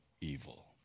evil